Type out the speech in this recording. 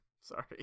Sorry